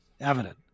evident